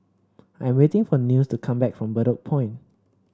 I'm waiting for Nils to come back from Bedok Point